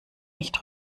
nicht